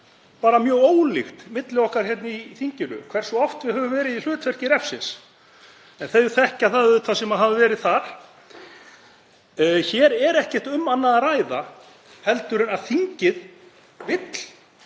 bara mjög ólíkt milli okkar hér í þinginu hversu oft við höfum verið í hlutverki refsins. En þau þekkja það auðvitað sem hafa verið þar. Hér er ekkert um annað að ræða, og umræðan